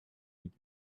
with